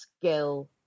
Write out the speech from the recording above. skill